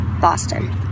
Boston